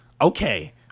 okay